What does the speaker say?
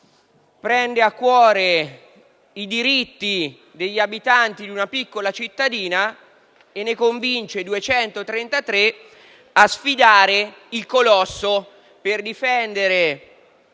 prende a cuore i diritti degli abitanti di una piccola cittadina e ne convince 233 a sfidare il colosso, per difendere